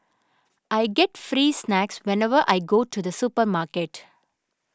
I get free snacks whenever I go to the supermarket